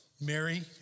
Mary